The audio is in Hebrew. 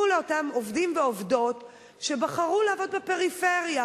לאותם עובדים ועובדות שבחרו לעבוד בפריפריה,